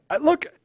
Look